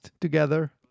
together